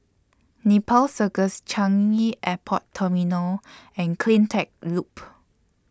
Nepal Circus Changi Airport Terminal and CleanTech Loop